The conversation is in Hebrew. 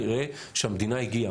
יראה שהמדינה הגיעה,